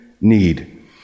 need